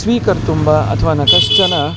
स्वीकर्तुं वा अथवा न कश्चन